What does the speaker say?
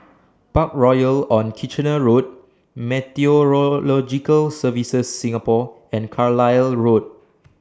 Parkroyal on Kitchener Road Meteorological Services Singapore and Carlisle Road